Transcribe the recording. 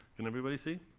can everybody see?